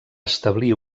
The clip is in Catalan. establir